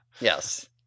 Yes